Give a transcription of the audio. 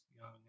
young